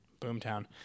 Boomtown